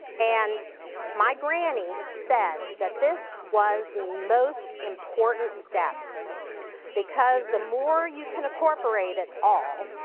and my granny said that this was the most important step because the more you can incorporate it all,